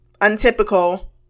untypical